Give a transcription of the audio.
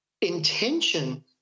intention